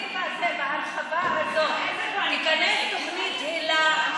בתקציב הזה, בהרחבה הזאת, תיכנס תוכנית היל"ה?